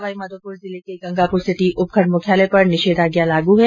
सवाईमाघोपुर जिले के गंगापुर सिटी उपखण्ड मुख्यालय पर निषेधाज्ञा लागू है